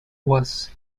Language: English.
was